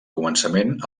començament